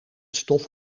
stof